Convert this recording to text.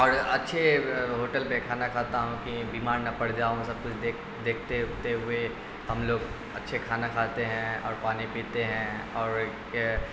اور اچھے ہوٹل پہ کھانا کھاتا ہوں کہ بیمار نہ پڑ جاؤں سب کچھ دیکھ دیکھتے ہوئے ہم لوگ اچھے کھانا کھاتے ہیں اور پانی پیتے ہیں اور